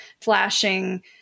flashing